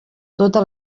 tota